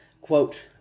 Quote